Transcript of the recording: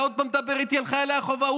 אתה עוד מדבר איתי על חיילי החובה?